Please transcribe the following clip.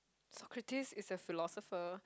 Socrates is a philosopher